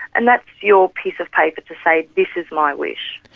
and that's your piece of paper to say, this is my wish.